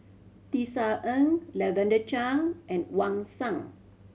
Tisa Ng Lavender Chang and Wang Sha